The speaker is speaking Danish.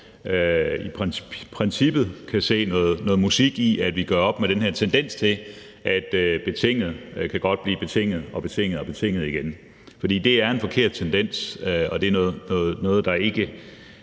i princippet kan se noget musik i, at vi gør op med den her tendens til, at en betinget dom godt kan blive betinget igen og igen. For det er en forkert tendens, og det er noget, der ikke